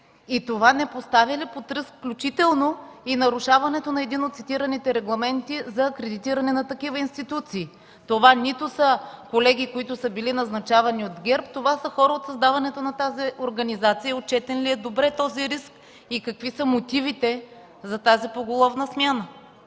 Това не поставя ли под риск, включително и нарушаването на един от цитираните регламенти за акредитиране на такива институции? Това нито са колеги, които са били назначавани от ГЕРБ, това са хора от създаването на тази организация. Отчетен ли е добре този риск и какви са мотивите за тази поголовна смяна?